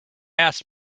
asked